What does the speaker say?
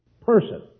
person